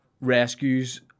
rescues